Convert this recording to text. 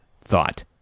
thought